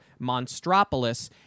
Monstropolis